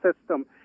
system